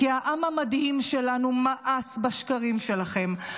כי העם המדהים שלנו מאס בשקרים שלכם,